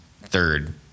third